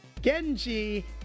Genji